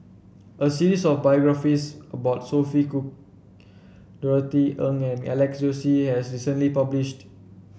a series of biographies about Sophia Cooke Norothy Ng and Alex Josey has recently published